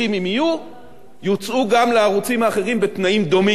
יוצעו גם לערוצים האחרים בתנאים דומים עם ההתאמות הנדרשות,